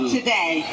today